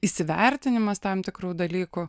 įsivertinimas tam tikrų dalykų